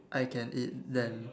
I can eat them